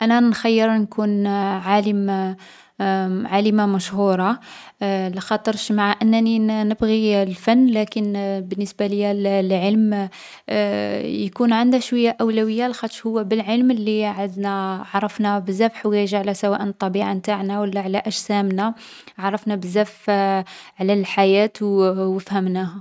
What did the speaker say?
أنا نخيّر نكون عالمة مشهورة. مع أنني نـ نبغي الفن لكن بالنسبة ليا العلم يكون عنده شويا أولوية، لاخاطش بالعلم لي عرفنا بزاف حوايج على الطبيعة و على أنفسنا؛ و العلم يفيد الانسان كثر من الفن.